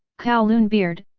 kowloon beard,